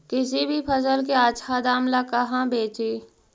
किसी भी फसल के आछा दाम ला कहा बेची?